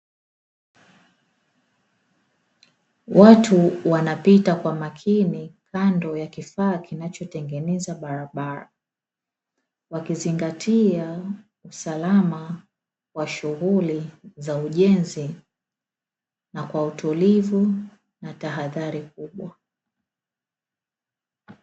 Watu wanapita kwa makini kando ya kifaa kinachotengeneza barabara, wakizingatia usalama wa shughuli za ujenzi na kwa utulivu na tahadhari kubwa.